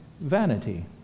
vanity